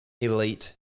Elite